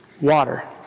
Water